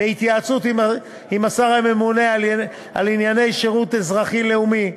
בהתייעצות עם השר הממונה על ענייני שירות אזרחי-לאומי,